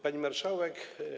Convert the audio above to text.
Pani Marszałek!